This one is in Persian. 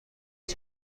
چیه